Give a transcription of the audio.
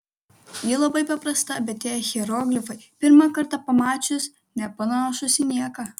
ji labai paprasta bet tie hieroglifai pirmą kartą pamačius nepanašūs į nieką